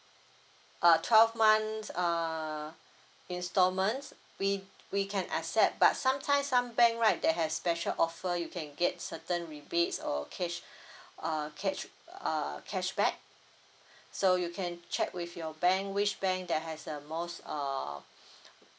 uh twelve months err installments we we can accept but sometimes some bank right they have special offer you can get certain rebates or cash uh cash uh cashback so you can check with your bank which bank that has the most uh